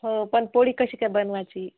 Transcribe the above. हो पण पोळी कशी काय बनवायची